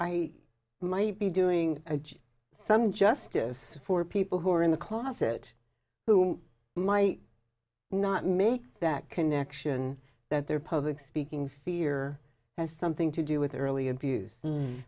i might be doing some justice for people who are in the closet who might not make that connection that their public speaking fear has something to do with their early abuse